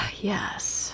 Yes